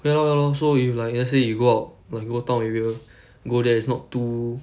ya lor ya lor so if like let's say you go out like go town area go there it's not too